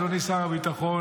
אדוני שר הביטחון,